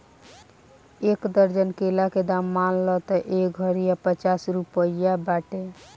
एक दर्जन केला के दाम मान ल त एह घारिया पचास रुपइआ बाटे